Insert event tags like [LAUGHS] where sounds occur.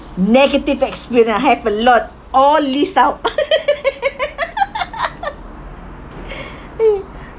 negative experience I have a lot all list out [LAUGHS]